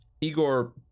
Igor